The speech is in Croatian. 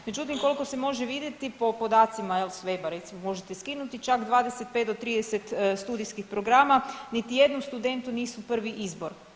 Međutim, koliko se može vidjeti po podacima jel s web-a recimo možete skinuti, čak 25 do 30 studijskih programa niti jednom studentu nisu prvi izbor.